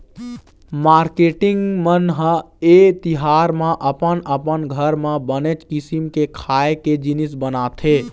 marketing मन ह ए तिहार म अपन अपन घर म बनेच किसिम के खाए के जिनिस बनाथे